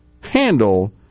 handle